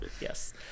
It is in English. Yes